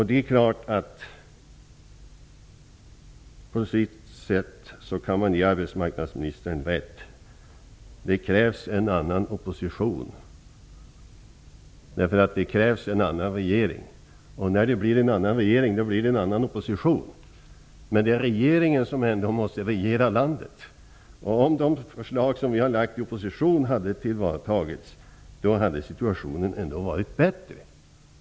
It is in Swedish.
Det är klart att arbetsmarknadsministern på sätt och vis har rätt: Det krävs en annan opposition, därför att det krävs en annan regering. När det blir en annan regering blir det ju en annan opposition. Det är ändå regeringen som måste regera landet. Om de förslag som vi har lagt fram i opposition hade tillvaratagits hade situationen varit bättre.